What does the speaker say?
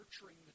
nurturing